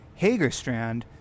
Hagerstrand